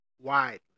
widely